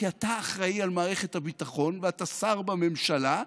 כי אתה אחראי למערכת הביטחון ואתה שר בממשלה,